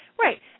Right